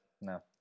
No